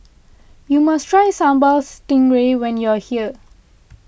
you must try Sambal Stingray when you're here